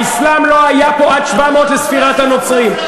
האסלאם לא היה פה עד 700 לספירת הנוצרים.